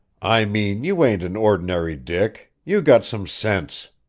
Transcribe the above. i mean you ain't an ordinary dick. you got some sense.